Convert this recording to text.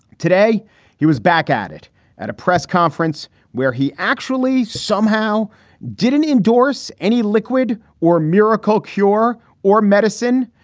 today he was back at it at a press conference where he actually somehow didn't endorse any liquid or miracle cure or medicine.